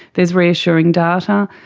there's reassuring data.